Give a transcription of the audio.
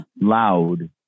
loud